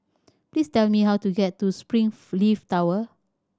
please tell me how to get to Springleaf Tower